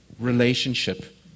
Relationship